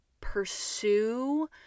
pursue